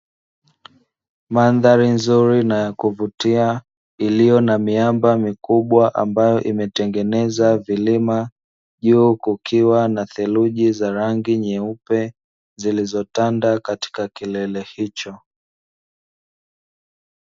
Mandari nzuri na ya kuvutia iliyo na miamba mikubwa ambayo imetengeneza vilima, juu kukiwa na theluji za rangi nyeupe zilizotanda katika kilele hicho.